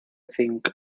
cinc